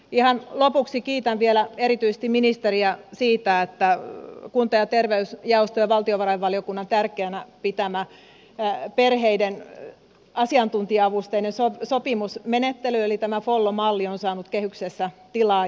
ihan lopuksi kiitän vielä erityisesti ministeriä siitä että kunta ja terveysjaoston ja valtiovarainvaliokunnan tärkeänä pitämä perheiden asiantuntija avusteinen sopimusmenettely eli tämä follo malli on saanut kehyksessä tilaa